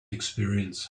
experience